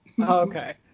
Okay